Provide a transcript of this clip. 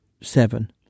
seven